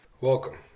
Welcome